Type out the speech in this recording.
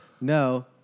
No